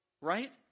right